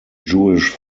jewish